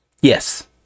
Yes